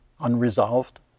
unresolved